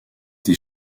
des